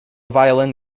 violin